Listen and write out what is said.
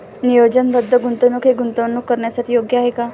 नियोजनबद्ध गुंतवणूक हे गुंतवणूक करण्यासाठी योग्य आहे का?